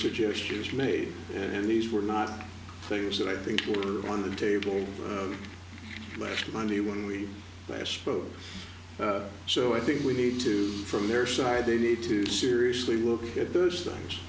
suggestions made and these were not things that i think were on the table last monday when we last spoke so i think we need to from their side they need to seriously look at those things